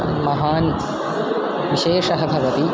महान् विशेषः भवति